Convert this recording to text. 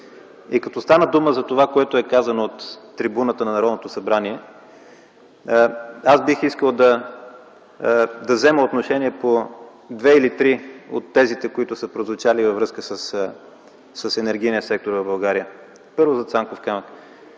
Като стана дума за това, което е казано от трибуната на Народното събрание, аз бих искал да взема отношение по две или три от тезите, които са прозвучали във връзка с енергийния сектор в България. Първо, за „Цанков камък”.